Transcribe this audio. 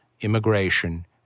immigration